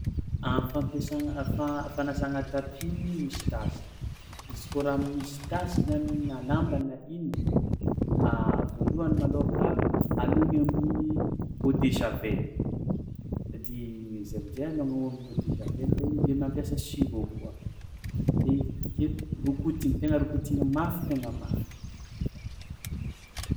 A fampiasagna fa- fanasagna tapis misy tasy, izy kôa raha misy tasy zany na lamba na ino voalohany malôhaka alogny amin'ny eau de javel de igny izy amin-jay alogna ao amin'ny eau de javel igny de mampiasa sur'eau koa de izy avy ake rokotigny tegna rokotigny mafy tegna mafy mahafaka azy.